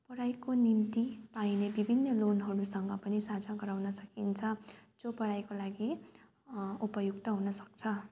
पढाइको निम्ति पाइने विभिन्न लोनहरूसँग पनि साझा गराउन सकिन्छ जो पढाइको लागि उपयुक्त हुनु सक्छ